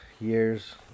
year's